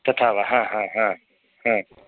तथा वा ह ह ह ह